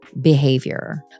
behavior